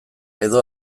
edo